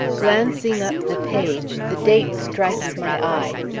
glancing up the page, the date strikes my eye.